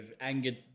angered